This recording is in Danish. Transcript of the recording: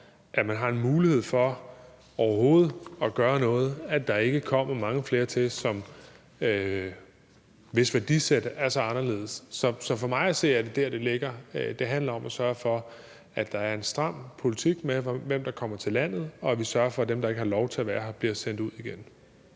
har en mulighed for at gøre noget, at der ikke kommer mange flere til, hvis værdisæt er så anderledes. Så for mig at se er det der, det ligger. Det handler om at sørge for, at der er en stram politik, med hensyn til hvem der kommer til landet, og om, at vi sørger for, at dem, der ikke har lov til at være her, bliver sendt ud igen.